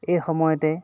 এই সময়তে